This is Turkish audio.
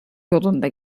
yolunda